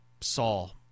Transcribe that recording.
Saul